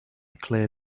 clear